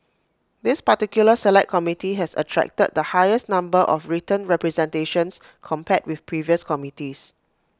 this particular Select Committee has attracted the highest number of written representations compared with previous committees